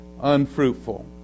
unfruitful